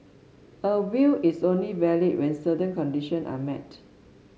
a will is only valid when certain condition are met